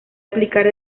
aplicar